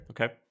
okay